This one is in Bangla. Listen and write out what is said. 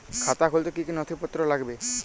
খাতা খুলতে কি কি নথিপত্র লাগবে?